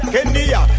Kenya